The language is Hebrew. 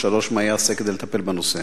3. מה ייעשה כדי לטפל בנושא?